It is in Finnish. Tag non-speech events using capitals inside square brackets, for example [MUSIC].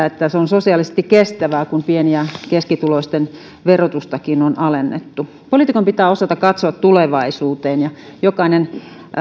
[UNINTELLIGIBLE] että se on sosiaalisesti kestävää kun pieni ja keskituloisten verotustakin on alennettu poliitikon pitää osata katsoa tulevaisuuteen ja jokainen